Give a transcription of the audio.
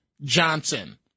Johnson